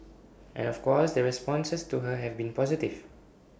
and of course the responses to her have been positive